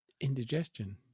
indigestion